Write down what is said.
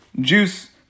juice